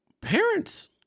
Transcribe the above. Parents